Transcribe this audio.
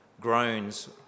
groans